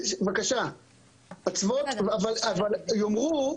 אבל יאמרו,